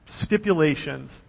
stipulations